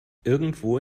irgendwo